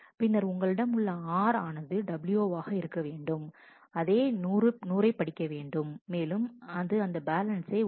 பின்னர் உங்களிடம் உள்ள R ஆனது W ஆக இருக்க வேண்டும் அதே 100 படிக்க வேண்டும் மேலும் அது அந்த பேலன்சை 1